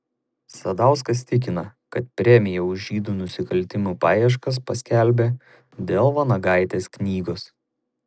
sadauskas tikina kad premiją už žydų nusikaltimų paieškas paskelbė dėl vanagaitės knygos